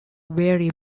vary